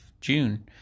June